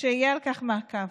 שיהיה על כך מעקב.